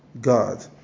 God